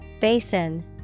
Basin